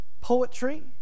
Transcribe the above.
poetry